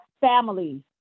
families